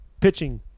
pitching